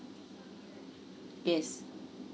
yes